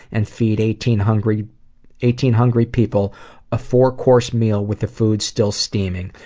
and feed eighteen hungry eighteen hungry people a four course meal with the food still steaming.